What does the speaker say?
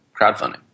crowdfunding